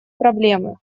проблемы